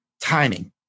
timing